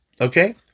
Okay